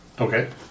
Okay